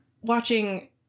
Watching